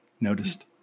noticed